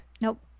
Nope